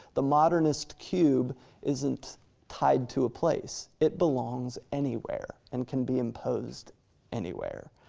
the modernist cube isn't tied to a place. it belongs anywhere and can be imposed anywhere.